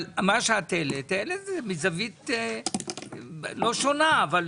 אבל מה שאת העלית, העלית מזווית לא שונה, אבל